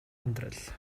амьдрал